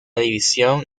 división